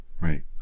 Right